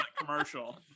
commercial